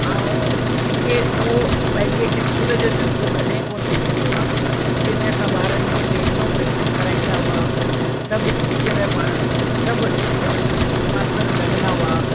ऐं मूंखे उहो पंहिंजे स्कूल जो जलिसो कॾहिं कोन भुलिजंदो आहे जंहिंमें असां ॿारनि खे महीनो प्रैक्टिस कराईंदा हुआ सभु टीचर पाण सभु मास्तर लॻंदा हुआ